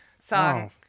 song